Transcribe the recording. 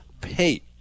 pay